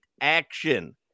action